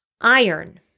Iron